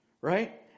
Right